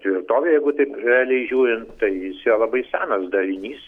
tvirtovė jeigu taip realiai žiūrint tai jis yra labai senas darinys